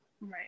Right